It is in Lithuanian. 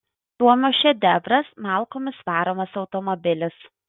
suomio šedevras malkomis varomas automobilis